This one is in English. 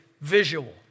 visual